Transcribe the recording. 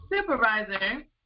supervisor